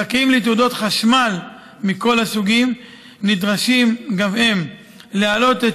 הזכאים לתעודות חשמל מכל הסוגים נדרשים גם הם להעלות את